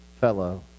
fellow